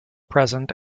present